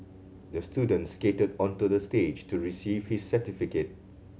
the student skated onto the stage to receive his certificate